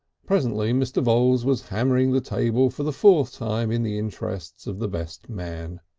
presently mr. voules was hammering the table for the fourth time in the interests of the best man.